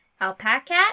Alpaca